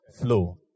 flow